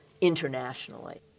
internationally